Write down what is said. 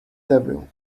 devil